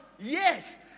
Yes